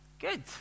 Good